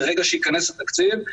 ברגע שייכנס התקציב,